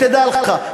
תדע לך,